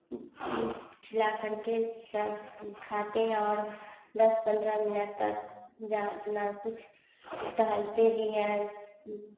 खिला कर के सब खाते हैं और दस पंद्रह तक जाना कुछ टहलते भी हैं